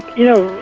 you know,